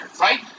right